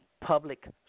public